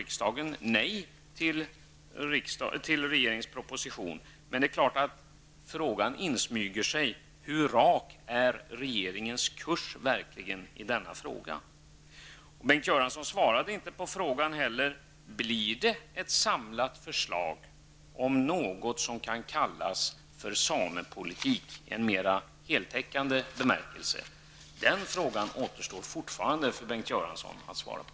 Det är dock klart att frågan om hur rak regeringens kurs verkligen är i denna fråga insmyger sig. Bengt Göransson svarade inte heller på frågan om det kommer ett samlat förslag om något som kan kallas för samepolitik i mera heltäckande bemärkelse. Den frågan återstår fortfarande för Bengt Göransson att svara på.